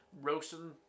roasting